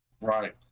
right